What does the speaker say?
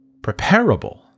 preparable